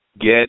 get